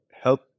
help